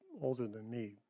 older-than-me